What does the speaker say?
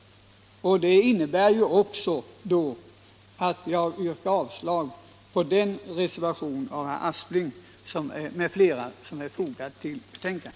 Det innebär också att jag yrkar avslag på den reservation av herr Aspling m.fl. som är fogad till betänkandet.